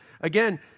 Again